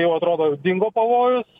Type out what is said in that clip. jau atrodo jau dingo pavojus